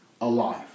alive